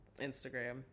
Instagram